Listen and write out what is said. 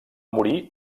morir